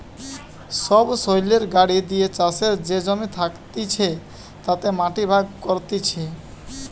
সবসৈলের গাড়ি দিয়ে চাষের যে জমি থাকতিছে তাতে মাটি ভাগ করতিছে